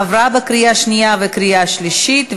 עברה בקריאה שנייה ובקריאה שלישית,